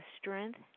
strength